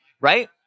right